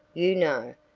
you know,